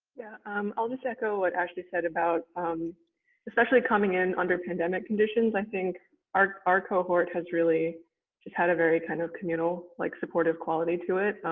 yeah um i'll just echo what ashley said about especially coming in under pandemic conditions, i think our our cohort has really had a very kind of communal like supportive quality to it.